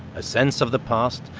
a sense of the past,